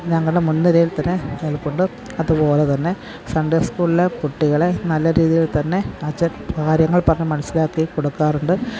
ഞങ്ങളുടെ മുൻ നിരയിൽത്തന്നെ നിൽപ്പുണ്ട് അതുപോലെ തന്നെ സൺഡേ സ്കൂളിലെ കുട്ടികളെ നല്ല രീതിയിൽ തന്നെ അച്ചൻ കാര്യങ്ങൾ പറഞ്ഞു മനസിലാക്കി കൊടുക്കാറുണ്ട്